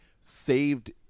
saved